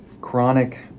chronic